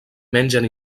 mengen